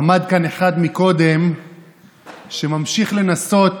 עמד כאן קודם אחד שממשיך לנסות